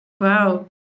wow